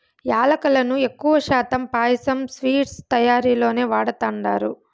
యాలుకలను ఎక్కువ శాతం పాయసం, స్వీట్స్ తయారీలోనే వాడతండారు